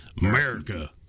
America